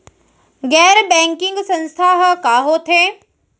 गैर बैंकिंग संस्था ह का होथे?